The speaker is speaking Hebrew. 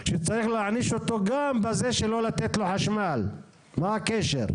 מה חוץ מזה שאתם מקבלים נתונים, מה עשיתם?